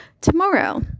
tomorrow